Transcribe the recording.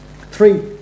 three